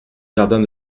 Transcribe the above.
jardin